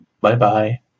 Bye-bye